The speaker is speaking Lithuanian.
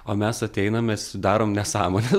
o mes ateinam mes darom nesąmones